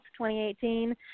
2018